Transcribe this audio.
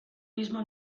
mismo